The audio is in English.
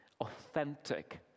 authentic